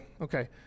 okay